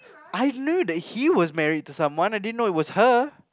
I knew that he was married to someone I didn't know it was her